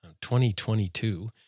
2022